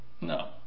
No